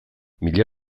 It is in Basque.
mila